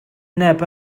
neb